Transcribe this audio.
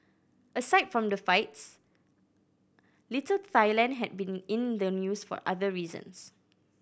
aside from the fights Little Thailand had been in the news for other reasons